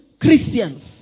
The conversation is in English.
Christians